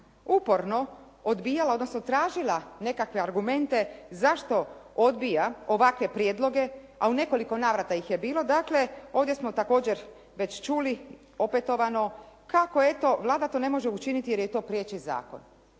uporno odbijala, odnosno tražila nekakve argumente zašto odbija ovakve prijedloge, a u nekoliko ih je navrata bilo dakle ovdje smo također već čuli opetovano, kako eto Vlada to ne može učiniti, jer joj to priječi zakon.